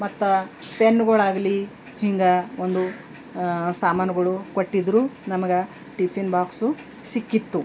ಮತ್ತು ಪೆನ್ಗಳಾಗ್ಲಿ ಹಿಂಗೆ ಒಂದು ಸಾಮಾನ್ಗಳು ಕೊಟ್ಟಿದ್ರು ನಮ್ಗೆ ಟಿಫಿನ್ ಬಾಕ್ಸು ಸಿಕ್ಕಿತ್ತು